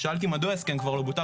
שאלתי: מדוע ההסכם כבר לא בוטל?